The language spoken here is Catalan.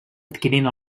adquirint